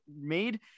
made